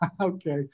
okay